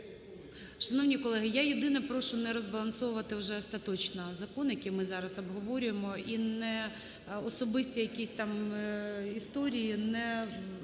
Шановні колеги, я єдине прошу не розбалансовувати вже остаточно закон, який ми зараз обговорюємо, і особисті якісь там історії не